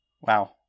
Wow